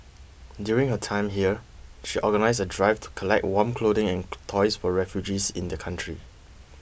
during her time here she organised a drive to collect warm clothing and toys for refugees in the country